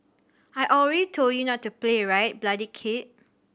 I already told you not to play right bloody kid